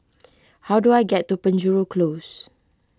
how do I get to Penjuru Close